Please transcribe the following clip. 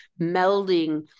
melding